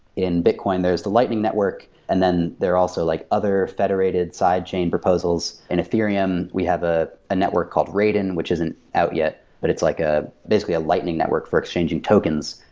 in bitcoin, there's the lightning network, and then there are also like other federated side chain proposals. in ethereum, we have a network called raiden, which isn't out yet, but it's like ah basically a lightning network for exchanging tokens.